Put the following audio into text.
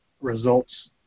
results